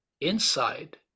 inside